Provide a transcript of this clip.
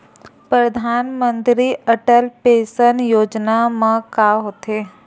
परधानमंतरी अटल पेंशन योजना मा का होथे?